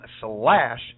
slash